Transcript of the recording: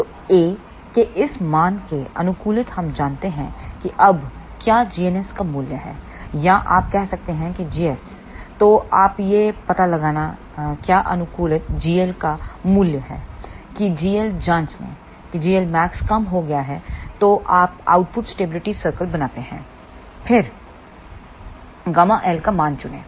तोA के इस मान के अनुकूलित हम जानते हैं कि अब क्या gns का मूल्य है या आप कह सकते हैं gsतो आप यह पता लगान क्या अनुकूलित gl का मूल्य है कि gl जांच ले की gl max कम हो गया है तो आप आउटपुट स्टेबिलिटी सर्कल बनाते हैं फिर ΓL का मान चुनें